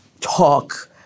talk